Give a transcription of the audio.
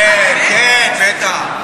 כן, כן, בטח.